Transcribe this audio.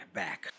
back